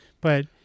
but-